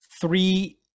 three